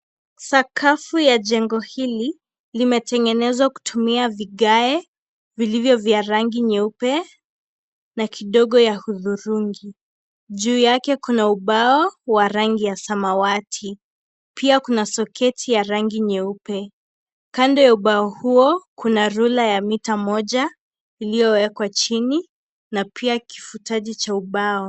Sakafu ya jengo hili limetengenezwa kutumia vigae vilivyo vya rangi nyeupe na kidogo ya hudhurungi. Juu yake kuna ubao wa rangi ya samawati. Pia kuna soketi ya rangi nyeupe. Kando ya ubao huo kuna rula ya mita mia moja iliyowekwa chini na pia kifutaji cha ubao.